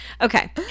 Okay